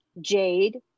Jade